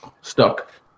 stuck